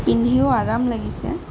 পিন্ধিও আৰাম লাগিছে